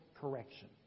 correction